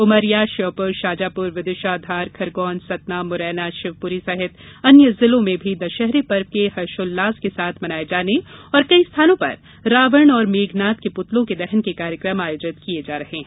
उमरिया श्योपुर शाजापुर विदिशा धार खरगोन सतना मुरैना शिवपुरी सहित ेअन्य जिलों में भी दशहरे पर्व के हर्षोल्लास के साथ मनाये जाने और कई स्थानों पर रावण और मेघनाथ के पुतलों के दहन के कार्यक्रम आयोजित किये गये हैं